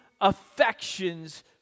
affections